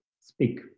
speak